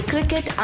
Cricket